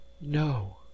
no